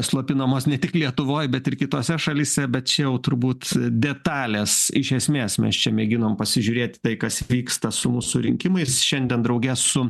slopinamos ne tik lietuvoj bet ir kitose šalyse bet čia jau turbūt detalės iš esmės mes čia mėginom pasižiūrėt į tai kas vyksta su mūsų rinkimais šiandien drauge su